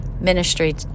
ministry